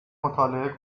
مطالعه